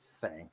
Thank